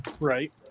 Right